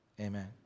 Amen